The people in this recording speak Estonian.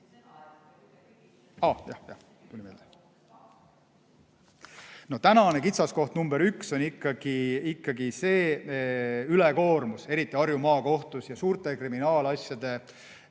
No tänane kitsaskoht nr 1 on ikkagi ülekoormus, eriti Harju Maakohtus, ja suurte kriminaalasjade